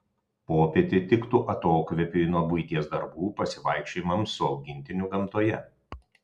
popietė tiktų atokvėpiui nuo buities darbų pasivaikščiojimams su augintiniu gamtoje